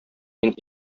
мин